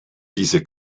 diese